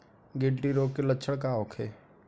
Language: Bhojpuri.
गिल्टी रोग के लक्षण का होखे?